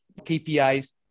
KPIs